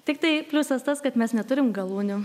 tiktai pliusas tas kad mes neturim galūnių